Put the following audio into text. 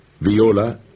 viola